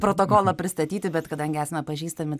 protokolą pristatyti bet kadangi esame pažįstami